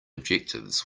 objectives